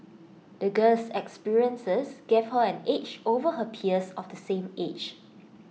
the girl's experiences gave her an edge over her peers of the same age